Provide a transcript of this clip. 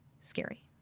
scary